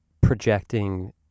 projecting